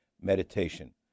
meditation